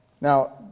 Now